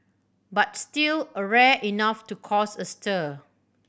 but still a rare enough to cause a stir